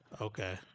Okay